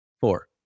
Four